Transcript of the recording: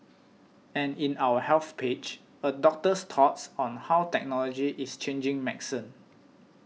and in our Health page a doctor's thoughts on how technology is changing medicine